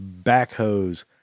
backhoes